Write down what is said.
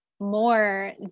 more